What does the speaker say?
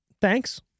thanks